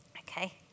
Okay